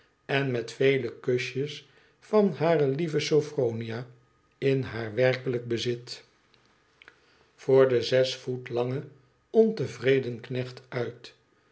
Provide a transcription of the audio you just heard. en met vele kusjes van hare lieve sophronia in haar werkelijk bezit voor den zes voet langen ontevreden knecht uit